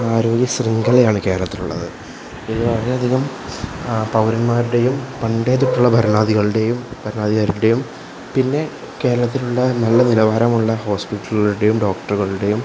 ആരോഗ്യ ശൃംഖലയാണ് കേരളത്തിൽ ഉള്ളത് ഇത് വളരെ അധികം ആ പൗരന്മാരുടെയും പണ്ടേ തൊട്ടുള്ള ഭരണാധികാരികളുടെയും ഭരണാധികാരിയുടെയും പിന്നെ കേരളത്തിലുള്ള നല്ല നിലവാരമുള്ള ഹോസ്പിറ്റലുകളുടെയും ഡോക്ടറുകളുടെയും